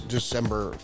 December